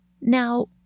Now